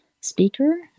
speaker